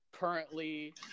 currently